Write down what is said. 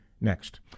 next